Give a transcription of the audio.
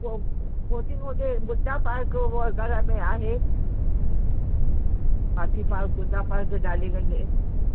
पोइ बोटिंग होॾे बुद्धा पार्क वग़ैरह में आहे हाथी पार्क बुद्धा पार्क डालीगंज में